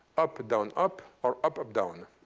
up, down, up, or up, up, down,